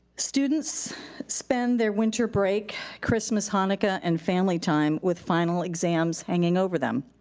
students spend their winter break, christmas, hanukah, and family time with final exams hanging over them.